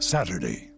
Saturday